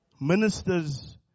ministers